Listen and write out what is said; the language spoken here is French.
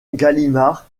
gallimard